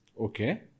Okay